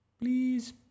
please